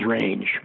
range